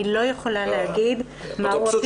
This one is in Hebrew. אני לא יכולה להגיד מהו הפילוח.